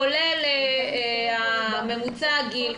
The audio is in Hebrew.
כולל ממוצע הגיל,